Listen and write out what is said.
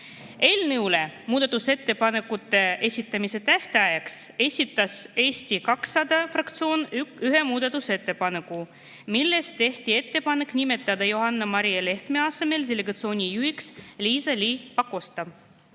mail. Muudatusettepanekute esitamise tähtajaks esitas Eesti 200 fraktsioon eelnõu kohta ühe muudatusettepaneku, milles tehti ettepanek nimetada Johanna-Maria Lehtme asemel delegatsiooni juhiks Liisa-Ly Pakosta.